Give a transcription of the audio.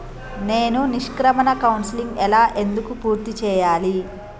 నేను నిష్క్రమణ కౌన్సెలింగ్ ఎలా ఎందుకు పూర్తి చేయాలి?